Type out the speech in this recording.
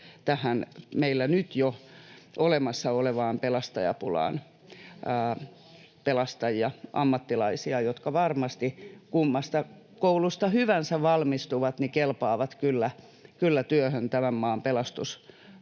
meillä nyt jo olemassa olevaan pelastajapulaan pelastajia, ammattilaisia, jotka varmasti, kummasta koulusta hyvänsä valmistuvat, kelpaavat kyllä työhön tämän maan pelastustoimelle.